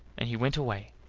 and he went away.